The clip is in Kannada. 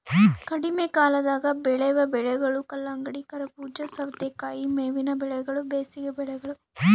ಕಡಿಮೆಕಾಲದಾಗ ಬೆಳೆವ ಬೆಳೆಗಳು ಕಲ್ಲಂಗಡಿ, ಕರಬೂಜ, ಸವತೇಕಾಯಿ ಮೇವಿನ ಬೆಳೆಗಳು ಬೇಸಿಗೆ ಬೆಳೆಗಳು